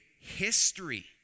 history